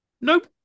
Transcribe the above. Nope